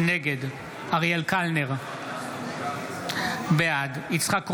נגד אריאל קלנר, בעד יצחק קרויזר,